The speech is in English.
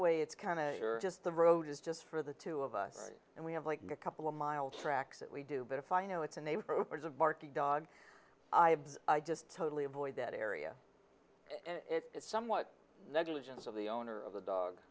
way it's kind of just the road is just for the two of us and we have like a couple of miles tracks that we do but if i know it's a name or is a barking dog i just totally avoid that area and it's somewhat negligence of the owner of the dog